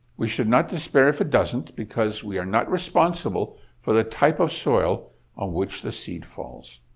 we should not despair if it doesn't, because we are not responsible for the type of soil on which the seed falls.